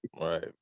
Right